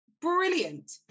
brilliant